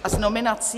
A z nominací.